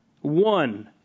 One